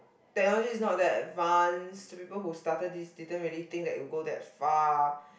technology is not that advanced to people who started this didn't really think that it would go that far